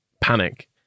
panic